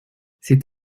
c’est